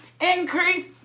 increase